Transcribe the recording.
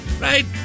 Right